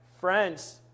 friends